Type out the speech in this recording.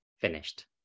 finished